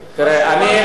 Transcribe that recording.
תראה,